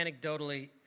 anecdotally